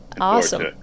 Awesome